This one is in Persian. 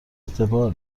اعتبار